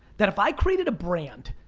that if i created a brand